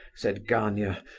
said gania,